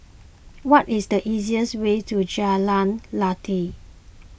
what is the easiest way to Jalan Lateh